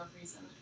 reason